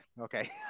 okay